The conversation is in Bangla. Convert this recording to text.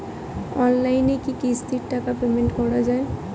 অনলাইনে কি কিস্তির টাকা পেমেন্ট করা যায়?